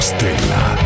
Stella